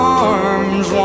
arms